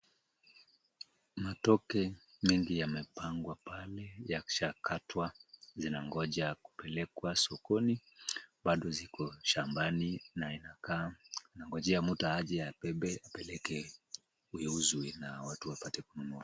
Matoke mengi yamepangwa pale yakishakatwa, zinangoja kupelekwa sokoni, bado ziko shambani na inakaa inangojea mtu aje abebe apeleke iuzwe na watu wapate kununua.